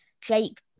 Jake